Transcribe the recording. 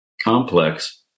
complex